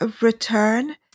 return